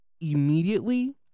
Immediately